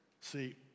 See